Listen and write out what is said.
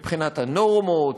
מבחינת הנורמות,